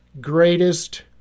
greatest